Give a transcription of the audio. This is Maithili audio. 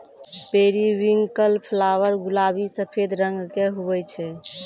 पेरीविंकल फ्लावर गुलाबी सफेद रंग के हुवै छै